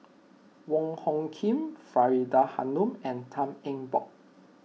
Wong Hung Khim Faridah Hanum and Tan Eng Bock